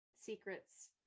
secrets